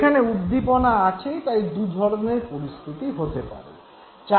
এখানে উদ্দীপনা আছে তাই দু'ধরণের পরিস্থিতি হতে পারে